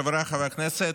חבריי חברי הכנסת,